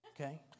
okay